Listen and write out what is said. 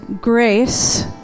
grace